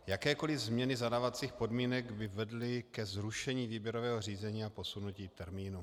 Jakékoli změny zadávacích podmínek by vedly ke zrušení výběrového řízení a posunutí termínu.